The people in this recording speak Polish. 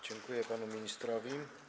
Dziękuję panu ministrowi.